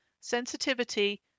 sensitivity